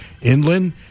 Inland